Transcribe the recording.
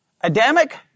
Adamic